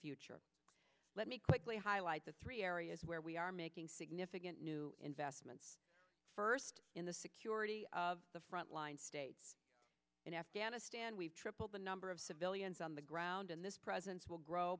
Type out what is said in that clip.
future let me quickly highlight the three areas where we are making significant new investments first in the security of the frontline state in afghanistan we've tripled the number of civilians on the ground and this presence will grow